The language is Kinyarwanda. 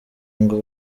ngo